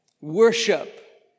worship